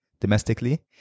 domestically